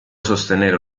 sostenere